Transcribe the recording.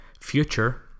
future